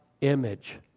image